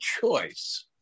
choice